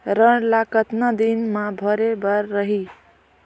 ऋण ला कतना दिन मा भरे बर रही?